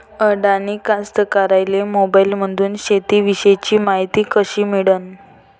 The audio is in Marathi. अडानी कास्तकाराइले मोबाईलमंदून शेती इषयीची मायती कशी मिळन?